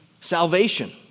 salvation